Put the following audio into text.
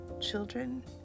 children